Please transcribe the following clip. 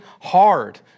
hard